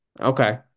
okay